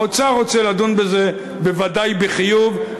האוצר רוצה לדון בזה ודאי בחיוב.